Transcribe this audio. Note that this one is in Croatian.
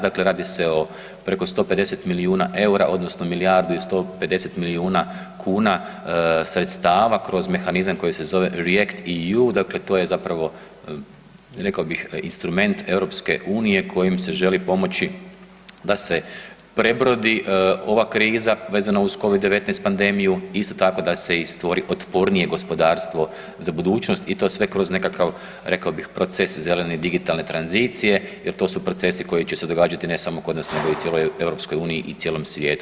Dakle radi se o preko 150 milijuna eura, odnosno milijardu i 150 milijuna kuna sredstava kroz mehanizam koji se zove REACT-EU, dakle to je zapravo, rekao bih instrument EU kojim se želi pomoći da se prebrodi ova kriza vezana uz Covid-19 pandemiju, isto tako da se i stvori otpornije gospodarstvo za budućnost i to sve kroz nekakav, rekao bih, proces zelene digitalne tranzicije jer to su procesi koji će se događati, ne samo kod nas nego u cijeloj EU i cijelom svijetu.